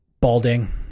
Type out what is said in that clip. balding